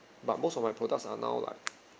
but most of my products are now like